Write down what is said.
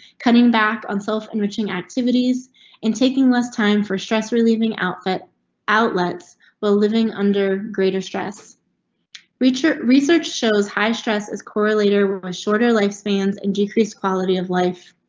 cutting back on self enriching activities in taking less time for stress. relieving outfit outlets will living under greater stress reacher research shows high stress is correlated with a shorter life spans in decreased quality of life.